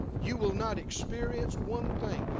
you will not experience one thing.